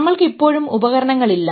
നമ്മൾക്ക് ഇപ്പോഴും ഉപകരണങ്ങളില്ല